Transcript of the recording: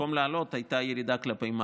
במקום לעלות הייתה ירידה כלפי מטה.